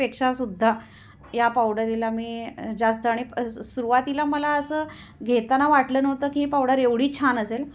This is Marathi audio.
पेक्षाासुद्धा या पावडरीला मी जास्त आणि सुरवातीला मला असं घेताना वाटलं नव्हतं की ही पावडर एवढी छान असेल